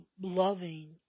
Loving